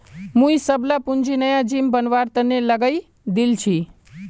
मुई सबला पूंजी नया जिम बनवार तने लगइ दील छि